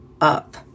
up